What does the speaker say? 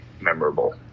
memorable